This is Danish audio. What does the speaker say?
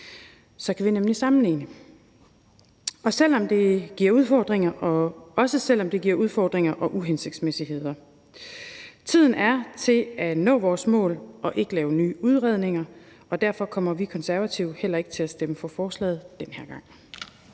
Så kan vi nemlig sammenligne, også selv om det giver udfordringer og uhensigtsmæssigheder. Tiden er til at nå vores mål og ikke til at lave nye udredninger, og derfor kommer vi Konservative heller ikke til at stemme for forslaget den her gang.